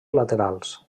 laterals